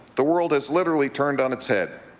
the world has literally turned on its head.